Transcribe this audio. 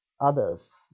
others